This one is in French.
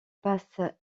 passe